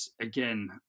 again